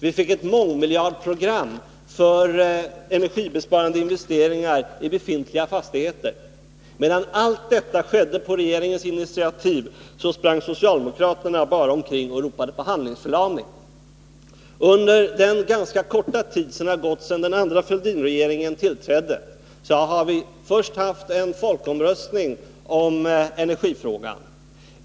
Vi fick ett mångmiljardprogram för energibesparande investeringar i befintliga fastigheter. Medan allt detta skedde på Om energipolitiregeringens initiativ sprang socialdemokraterna bara omkring och talade om ken handlingsförlamning. Under den ganska korta tid som gått sedan den andra Fälldinregeringen tillträdde har vi först haft en folkomröstning om energifrågan.